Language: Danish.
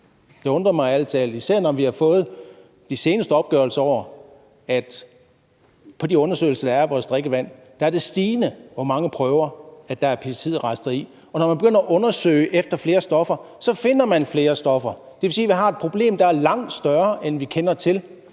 Jeg undrer mig ærlig talt, især når vi har fået de seneste opgørelser over de undersøgelser, der er lavet af vores drikkevand. Der er det et stigende antal prøver, der er pesticidrester i. Når man begynder at undersøge for flere stoffer, finder man flere stoffer. Det vil sige, at vi har et problem, der er langt større, end vi kender til.